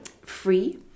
Free